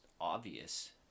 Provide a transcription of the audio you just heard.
obvious